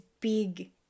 big